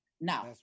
No